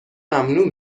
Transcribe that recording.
ممنوع